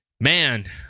man